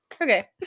Okay